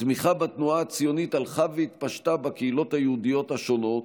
התמיכה בתנועה הציונית הלכה והתפשטה בקהילות היהודיות השונות,